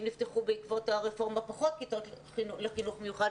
נפתחו בעקבות הרפורמה פחות כיתות לחינוך מיוחד